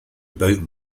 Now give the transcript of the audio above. about